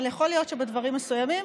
אבל יכול להיות שבדברים מסוימים